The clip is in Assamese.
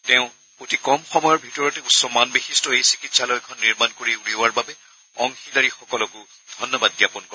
তেওঁ অতি কম সময়ৰ ভিতৰতে উচ্চ মানবিশিষ্ট এই চিকিৎসালয়খন নিৰ্মাণ কৰি উলিওৱাৰ বাবে অংশীদৰীসকলকো ধন্যবাদ জ্ঞাপন কৰে